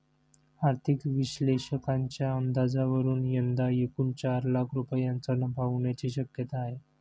आर्थिक विश्लेषकांच्या अंदाजावरून यंदा एकूण चार लाख रुपयांचा नफा होण्याची शक्यता आहे